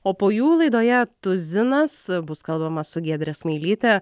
o po jų laidoje tuzinas bus kalbama su giedre smailyte